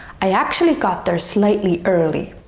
i actually got there slightly early